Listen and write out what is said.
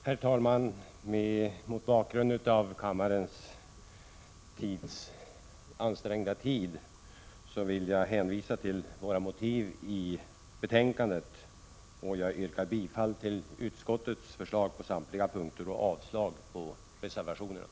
Herr talman! Med hänsyn till kammarens pressade tidsschema inskränker jag mig till att hänvisa till de motiv för lagförslaget som vi anför i betänkandet. Jag yrkar bifall till utskottets hemställan på samtliga punkter och avslag på reservationerna.